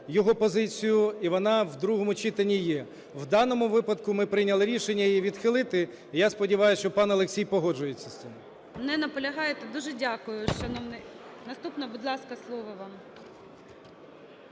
його позицію, і вона в другому читанні є. У даному випадку ми прийняли рішення її відхилити. Я сподіваюсь, що пан Олексій погоджується з цим. ГОЛОВУЮЧИЙ. Не наполягаєте. Дуже дякую, шановний… Наступна. Будь ласка, слово вам.